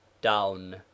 down